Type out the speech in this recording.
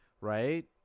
right